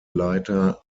leiter